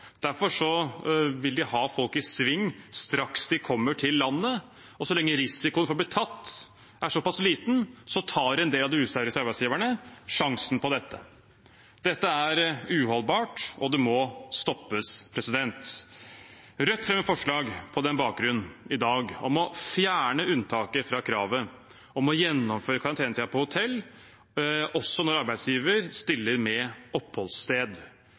Derfor vil de ha folk i sving straks de kommer til landet, og så lenge risikoen for å bli tatt er såpass liten, tar en del av de useriøse arbeidsgiverne sjansen på dette. Dette er uholdbart, og det må stoppes. Rødt har på den bakgrunn et forslag i dag om å fjerne unntaket fra kravet om å gjennomføre karantenetiden på hotell også når arbeidsgiveren stiller med oppholdssted.